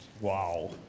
wow